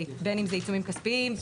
בין אם זה עיצומים כספיים,